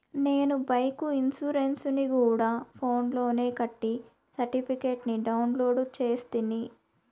నేను బైకు ఇన్సూరెన్సుని గూడా ఫోన్స్ లోనే కట్టి సర్టిఫికేట్ ని డౌన్లోడు చేస్తిని